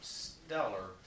stellar